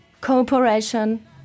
cooperation